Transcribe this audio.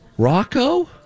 Rocco